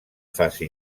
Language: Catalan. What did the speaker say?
fase